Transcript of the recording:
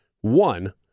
one